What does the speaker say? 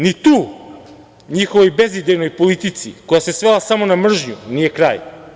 Ni tu njihovoj bezidejnoj politici koja se svela samo na mržnju nije kraj.